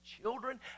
children